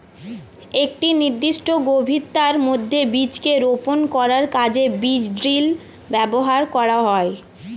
একটি নির্দিষ্ট গভীরতার মধ্যে বীজকে রোপন করার কাজে বীজ ড্রিল ব্যবহার করা হয়